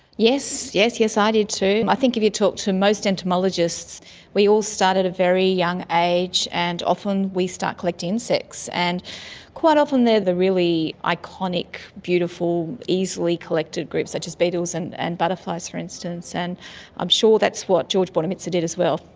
yes, yes, i ah did too. i think if you talk to most entomologists we all started at a very young age, and often we start collecting insects. and quite often they are the really iconic, beautiful, easily collected groups such as beetles and and butterflies for instance, and i'm sure that's what george bornemissza did as well.